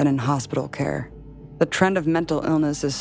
and in hospital care the trend of mental illness